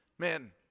Man